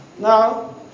Now